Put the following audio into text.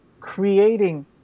creating